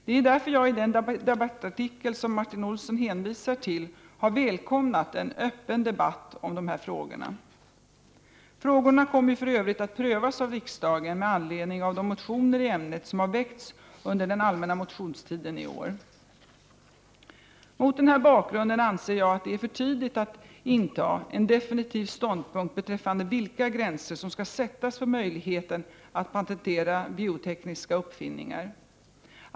Det är därför jag i den debattartikel som Martin Olsson hänvisat till har välkomnat en öppen debatt om dessa frågor. Frågorna kommer ju för Övrigt att prövas av riksdagen med anledning av de motioner i ämnet som har väckts under den allmänna motionstiden i år. Mot den här bakgrunden anser jag att det är för tidigt att inta en definitiv ståndpunkt beträffande vilka gränser som skall sättas för möjligheten att patentera biotekniska uppfinningar.